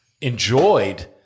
enjoyed